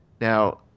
Now